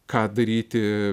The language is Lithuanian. ką daryti